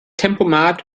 tempomat